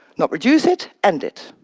not reduce it, end it.